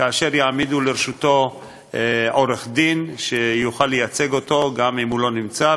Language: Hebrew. כאשר יעמידו לרשותו עורך-דין שיוכל לייצג אותו גם אם הוא לא נמצא,